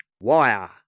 Wire